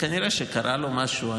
וכנראה שקרה לו משהו.